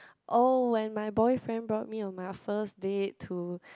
oh when my boyfriend brought me on my first date to